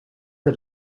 dat